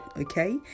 okay